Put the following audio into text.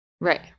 Right